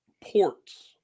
ports